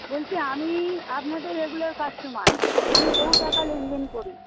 বলছি আমি আপনাদের রেগুলার কাস্টমার আমি বহু টাকা লেনদেন করি